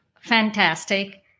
Fantastic